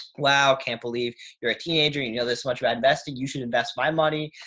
wow, can't believe you're a teenager. you know this much about investing. you should invest my money.